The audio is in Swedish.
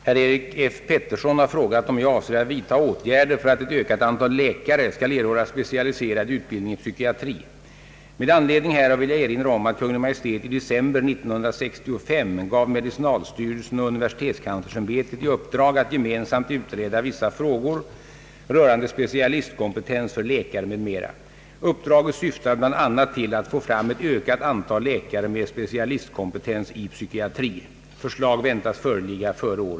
Herr talman! Jag ber att få tacka statsrådet för dessa ytterligare upplysningar om regeringens aktivitet på detta område — jag sade även i mitt första uttalande att jag inte tvivlade på regeringens goda vilja. Jag vill bara än en gång understryka värdet av snabba åtgärder.